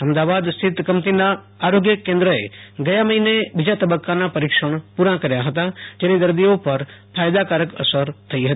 અમદાવાદસ્થિત કંપનીનાં આરોગ્ય કેન્દ્રએ ગયા મહિને બીજા તબક્કાનાં પરિક્ષણ પુરાં કર્યાં હતાં જેની દર્દીઓ પર ફાયદાકારક અસર થઈ હતી